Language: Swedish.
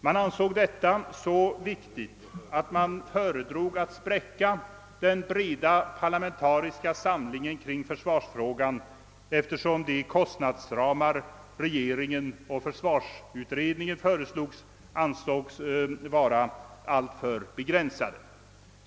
Man ansåg detta så viktigt att man föredrog att spräcka den breda parlamentariska samlingen kring försvarsfrågan, eftersom de kostnadsramar som regeringen och försvarsutredningen föreslog ansågs vara alltför begränsade.